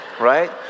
right